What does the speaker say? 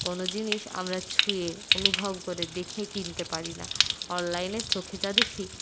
কোনও জিনিস আমরা ছুঁয়ে অনুভব করে দেখে কিনতে পারি না অনলাইনে চোখে যা দেখি